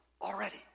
already